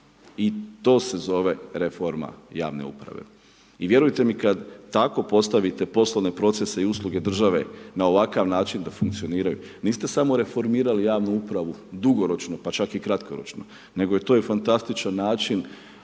I to se zove reforma javne uprave. I vjerujte mi kada tako postavite poslovne procese i usluge države na ovakav način da funkcioniraju, niste samo reformirali javnu upravu, dugoročno, pa čak i kratkoročno, nego je to fantastičan način